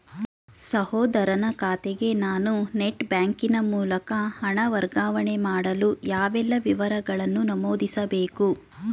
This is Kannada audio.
ಸಹೋದರನ ಖಾತೆಗೆ ನಾನು ನೆಟ್ ಬ್ಯಾಂಕಿನ ಮೂಲಕ ಹಣ ವರ್ಗಾವಣೆ ಮಾಡಲು ಯಾವೆಲ್ಲ ವಿವರಗಳನ್ನು ನಮೂದಿಸಬೇಕು?